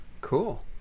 Cool